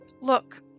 Look